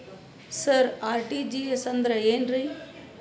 ಸರ RTGS ಅಂದ್ರ ಏನ್ರೀ?